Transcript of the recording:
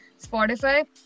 Spotify